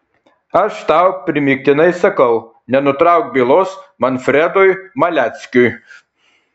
aš tau primygtinai sakau nenutrauk bylos manfredui maleckiui